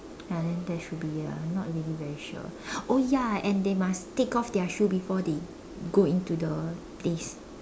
ya then that should be it lah not really very sure oh ya then they must take off their shoe before they go into the place